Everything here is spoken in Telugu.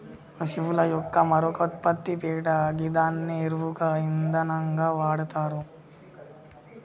పశువుల యొక్క మరొక ఉత్పత్తి పేడ గిదాన్ని ఎరువుగా ఇంధనంగా వాడతరు